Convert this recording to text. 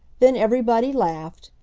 then everybody laughed,